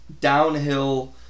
downhill